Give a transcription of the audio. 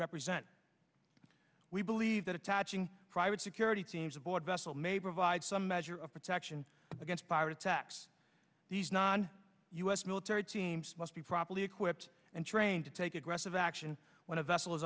represent we believe that attaching private security teams aboard vessel may provide some measure of protection against pirates acts these non us military teams must be properly equipped and trained to take aggressive action when a vessel is